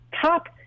Top